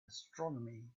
astronomy